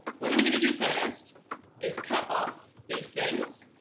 what i'm gonna do first is cut off these things.